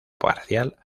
parcial